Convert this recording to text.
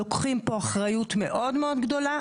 לוקחים פה אחריות מאוד מאוד גדולה,